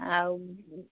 ଆଉ